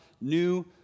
new